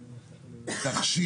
המנגנון לבירור תלונות,